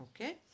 Okay